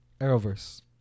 Arrowverse